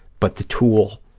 but the tool